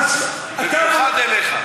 אבל אתה, במיוחד בעיניך.